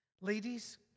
ladies